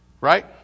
Right